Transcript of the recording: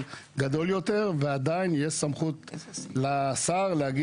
גדול יותר ועדיין יש סמכות לשר לומר: